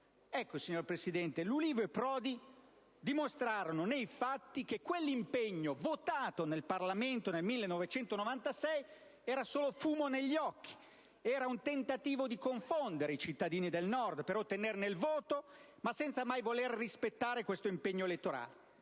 Signor Presidente, l'Ulivo e Prodi dimostrarono nei fatti che quell'impegno votato dal Parlamento nel 1996 era solo fumo negli occhi, un tentativo di confondere i cittadini del Nord per ottenerne il voto, ma senza voler rispettare gli impegni elettorali.